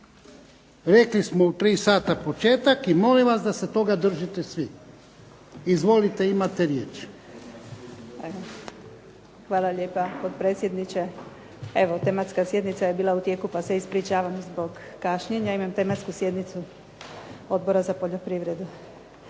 Rekli smo u 3 sata početak i molim vas da se toga držite svi. Izvolite, imate riječ. **Marinović, Nevenka (HDZ)** Hvala lijepa potpredsjedniče. Evo tematska sjednica je bila u tijeku pa se ispričavam zbog kašnjenja. Imam tematsku sjednicu Odbora za poljoprivredu.